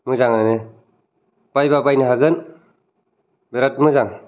मोजाङानो बायबा बायनो हागोन बिराथ मोजां